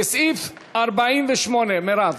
לסעיף 48, מרב?